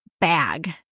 Bag